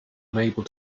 unable